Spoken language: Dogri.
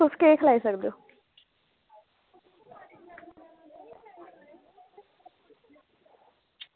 तुस केह् करी सकदे ओ